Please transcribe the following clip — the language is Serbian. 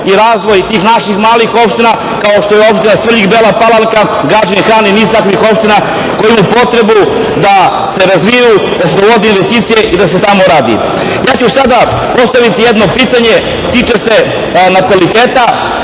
i razvoj tih naših malih opština kao što je opština Svrljig, Bela Palanka, Gadžin Han i niz takvih opština, koje imaju potrebu da se razvijaju, da se dovode investicije i da se tamo radi. Ja ću sada postaviti jedno pitanje. Tiče se nataliteta.